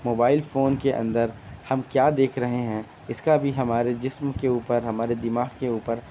mobile phone کے اندر ہم کیا دیکھ رہے ہیں اس کا بھی ہمارے جسم کے اوپر ہمارے دماغ کے اوپر